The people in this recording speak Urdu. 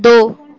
دو